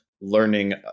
learning